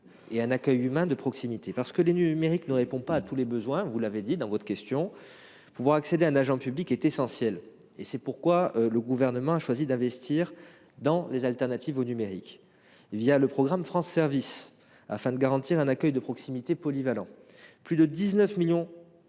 et un accueil humain de proximité. Parce que le numérique ne répond pas à tous les besoins, comme vous l’avez indiqué dans votre question, pouvoir accéder à un agent public est essentiel. C’est pourquoi le Gouvernement a choisi d’investir dans des substituts au numérique dans le cadre du programme France Services, afin de garantir un accueil de proximité polyvalent. Ainsi, plus de 19 millions